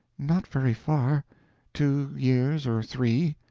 not very far two years or three.